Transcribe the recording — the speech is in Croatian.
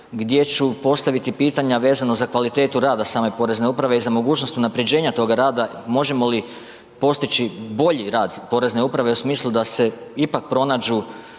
gdje ću postaviti pitanja vezano za kvalitetu rada same porezne uprave i za mogućnost unaprjeđenja toga rada, možemo li postići bolji rad porezne uprave u smislu da se ipak pronađu,